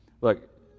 look